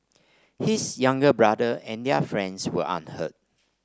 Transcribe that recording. his younger brother and their friend were unhurt